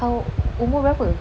how umur berapa